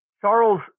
Charles